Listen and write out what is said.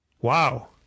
Wow